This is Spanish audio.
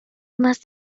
más